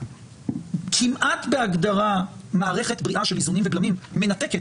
כמעט בהגדרה מערכת בריאה של איזונים ובלמים מנתקת